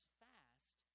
fast